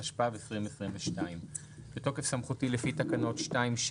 התשפ"ב-2022 בתוקף סמכותי לפי תקנות 2(6),